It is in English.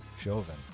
Chauvin